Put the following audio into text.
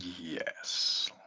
Yes